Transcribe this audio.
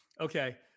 Okay